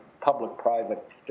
public-private